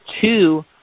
two